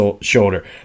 shoulder